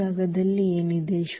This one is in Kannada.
ಶೂನ್ಯ ಜಾಗದಲ್ಲಿ ಏನಿದೆ